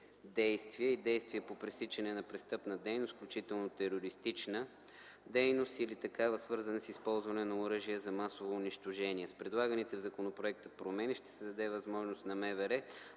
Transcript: действия и действия по пресичане на престъпна дейност, включително терористична дейност или такава, свързана с използване на оръжия за масово унищожение. С предлаганите в законопроекта промени ще се даде възможност на